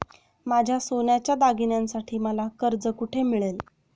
माझ्या सोन्याच्या दागिन्यांसाठी मला कर्ज कुठे मिळेल?